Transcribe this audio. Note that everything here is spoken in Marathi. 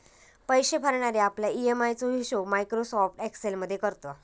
पैशे भरणारे आपल्या ई.एम.आय चो हिशोब मायक्रोसॉफ्ट एक्सेल मध्ये करता